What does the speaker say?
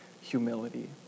humility